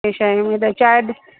हे शइ में त चाहे बि